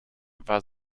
war